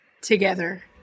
together